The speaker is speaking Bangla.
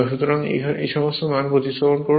সুতরাং এই সমস্ত মান প্রতিস্থাপন করুন